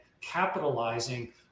capitalizing